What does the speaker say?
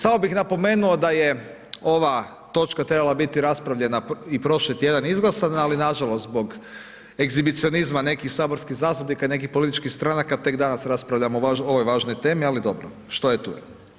Samo bih napomenuo da je ova točka trebala biti raspravljena i prošli tjedan izglasana, ali nažalost zbog egzibicionizma nekih saborskih zastupnika i nekih političkih stranaka, tek danas raspravljamo o ovoj važnoj temi, ali dobro, što je, tu je.